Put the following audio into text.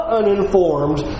uninformed